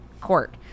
Court